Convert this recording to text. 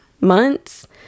months